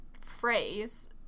phrase